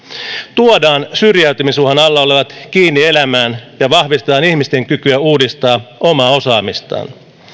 tuodaan syrjäytymisuhan alla olevat kiinni elämään ja vahvistetaan ihmisten kykyä uudistaa omaa osaamistaan